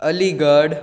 Aligarh